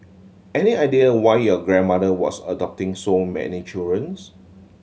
any idea why your grandmother was adopting so many children